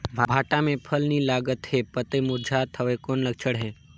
भांटा मे फल नी लागत हे पतई मुरझात हवय कौन लक्षण हे?